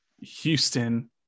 Houston